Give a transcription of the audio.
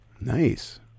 Nice